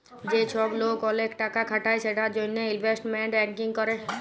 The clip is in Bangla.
যে চ্ছব লোক ওলেক টাকা খাটায় সেটার জনহে ইলভেস্টমেন্ট ব্যাঙ্কিং ক্যরে